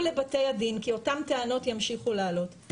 לבתי הדין כי אותן טענות ימשיכו לעלות.